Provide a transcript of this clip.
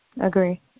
Agree